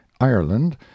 Ireland